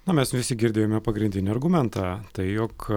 na mes visi girdėjome pagrindinį argumentą tai jog